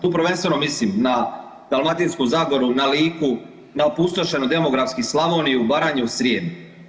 Tu prvenstveno mislim na Dalmatinsku zagoru, na Liku, na opustošenu demografski Slavoniju, Baranju, Srijem.